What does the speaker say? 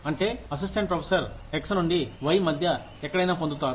అంటే assistant professor x నుండి Y మధ్య ఎక్కడైనా పొందుతారు